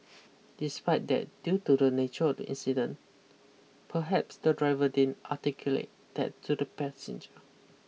despite that due to the nature of the incident perhaps the driver didn't articulate that to the passenger